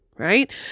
right